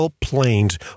planes